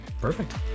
Perfect